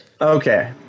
Okay